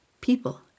people